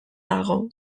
dago